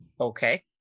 Okay